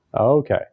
Okay